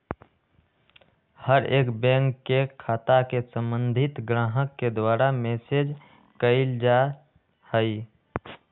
हर एक बैंक के खाता के सम्बन्धित ग्राहक के द्वारा मैनेज कइल जा हई